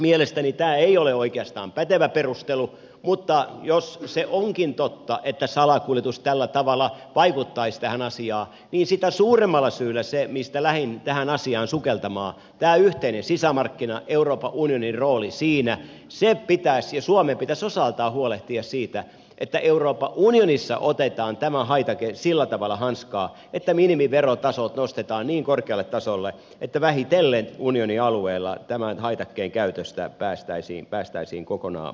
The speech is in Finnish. mielestäni tämä ei ole oikeastaan pätevä perustelu mutta jos se onkin totta että salakuljetus tällä tavalla vaikuttaisi tähän asiaan niin sitä suuremmalla syyllä sillä mistä lähdin tähän asiaan sukeltamaan tällä yhteisellä sisämarkkinalla euroopan unionilla on tärkeä rooli siinä ja suomen pitäisi osaltaan huolehtia siitä että euroopan unionissa otetaan tämä haitake sillä tavalla hanskaan että minimiverotasot nostetaan niin korkealle tasolle että vähitellen unionin alueella tämän haitakkeen käytöstä päästäisiin kokonaan pois